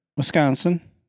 Wisconsin